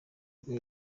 rwo